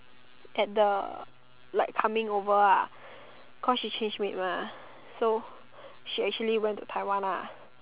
at the like coming over ah cause she change maid mah so she actually went to Taiwan ah